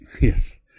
Yes